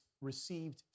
received